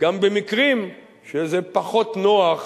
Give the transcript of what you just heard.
גם במקרים שזה פחות נוח